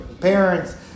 parents